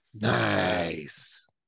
nice